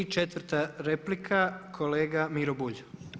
I četvrta replika, kolega Miro Bulj.